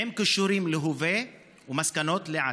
עם קישורים להווה ומסקנות לעתיד.